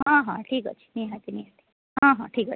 ହଁ ହଁ ଠିକ୍ ଅଛି ନିହାତି ନିହାତି ହଁ ହଁ ଠିକ୍ ଅଛି